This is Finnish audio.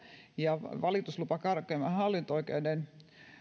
ja valituslupa korkeimpaan hallinto oikeuteen